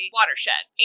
watershed